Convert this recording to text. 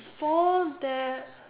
before that